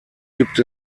gibt